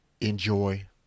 enjoy